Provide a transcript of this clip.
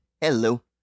Hello